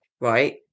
right